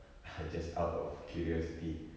just out of curiosity